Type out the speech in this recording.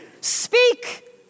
Speak